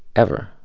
ever.